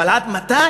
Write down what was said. אבל עד מתי?